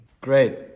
great